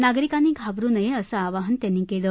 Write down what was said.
नागरिकांनी घाबरु नये असं आवाहन त्यांनी केलं